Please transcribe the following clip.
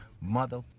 mother